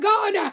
God